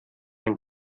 ein